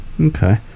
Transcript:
Okay